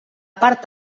part